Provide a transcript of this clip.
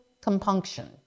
compunction